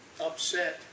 upset